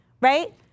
right